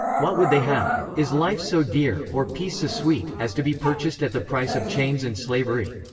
what would they have? is life so dear, or peace so sweet, as to be purchased at the price of chains and slavery?